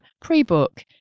pre-book